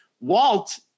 Walt